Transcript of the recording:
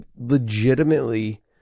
legitimately